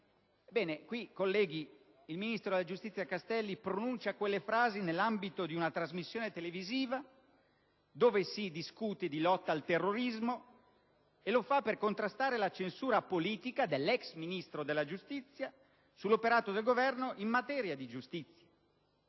Ebbene, onorevoli colleghi, il ministro della giustizia Castelli pronuncia quelle frasi nell'ambito di una trasmissione televisiva dove si discute di lotta al terrorismo e lo fa per contrastare la censura politica dell'ex Ministro della giustizia sull'operato del Governo in materia di giustizia.